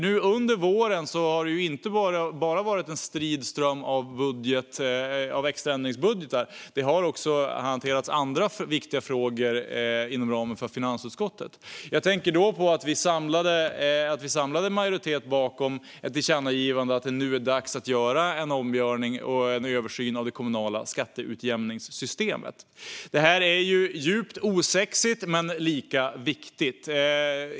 Nu under våren har det inte bara varit en strid ström av extra ändringsbudgetar, utan det har också hanterats andra viktiga frågor inom ramen för finansutskottet. Jag tänker på att vi samlade en majoritet bakom ett tillkännagivande om att det nu är dags för en omgörning och en översyn av det kommunala skatteutjämningssystemet. Detta är djupt osexigt men lika viktigt.